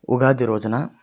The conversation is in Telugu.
ఉగాది రోజున